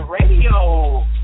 radio